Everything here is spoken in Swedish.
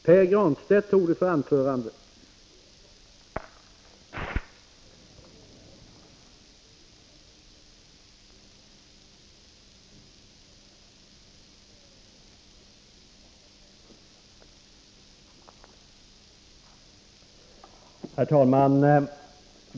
Herr talman!